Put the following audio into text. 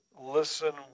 listen